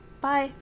Bye